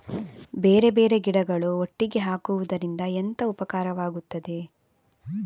ಬೇರೆ ಬೇರೆ ಗಿಡಗಳು ಒಟ್ಟಿಗೆ ಹಾಕುದರಿಂದ ಎಂತ ಉಪಕಾರವಾಗುತ್ತದೆ?